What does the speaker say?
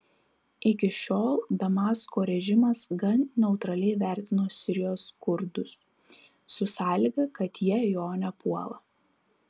iki šiol damasko režimas gan neutraliai vertino sirijos kurdus su sąlyga kad jie jo nepuola